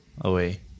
Away